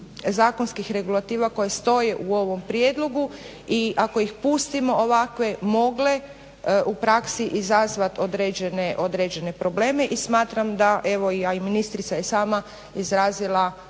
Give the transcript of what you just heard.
zakonskih regulativa koje stoje u ovom prijedlogu i ako ih pustimo ovakve mogle u praksi izazvat određene probleme i smatram da evo, a i ministrica je sama izrazila